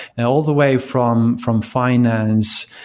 and all the way from from finance.